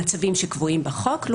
שקבועים בחוק, כדי למנוע סיכון.